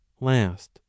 last